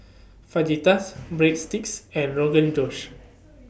Fajitas Breadsticks and Rogan Josh